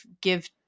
give